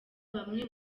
bamwe